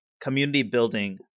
community-building